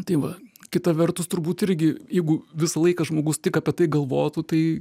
tai va kita vertus turbūt irgi jeigu visą laiką žmogus tik apie tai galvotų tai